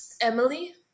Emily